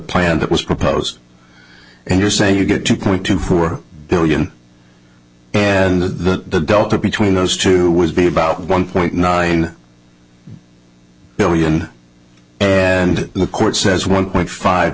that was proposed and you're saying you get two point two four billion and the delta between those two was be about one point nine billion and the court says one point five